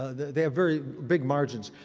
ah they have very big margins.